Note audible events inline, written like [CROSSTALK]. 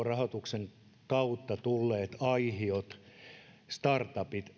[UNINTELLIGIBLE] rahoituksen kautta tulleet aihiot ja startupit